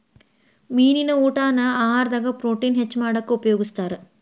ಮೇನಿನ ಊಟಾನ ಆಹಾರದಾಗ ಪ್ರೊಟೇನ್ ಹೆಚ್ಚ್ ಮಾಡಾಕ ಉಪಯೋಗಸ್ತಾರ